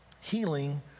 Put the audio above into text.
healing